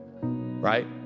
Right